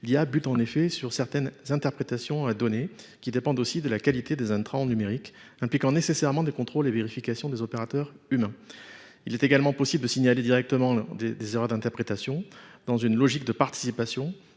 y a but en effet sur certaines interprétations données qui dépendent aussi de la qualité des intrants numériques impliquant nécessairement des contrôles et vérifications des opérateurs humains. Il est également possible de signaler directement des erreurs d'interprétation dans une logique de participation,